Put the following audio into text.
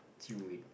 chew it